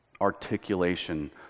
articulation